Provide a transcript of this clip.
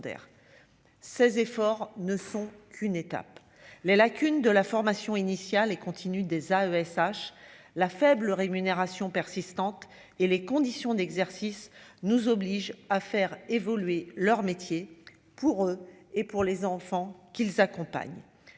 ces efforts ne sont qu'une étape, les lacunes de la formation initiale et continue des AESH la faible rémunération persistante et les conditions d'exercice, nous oblige à faire évoluer leur métier pour eux et pour les enfants qu'ils accompagnent